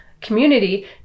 community